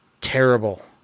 terrible